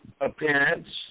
appearance